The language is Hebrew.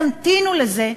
תמתינו לזה,